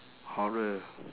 horror